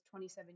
27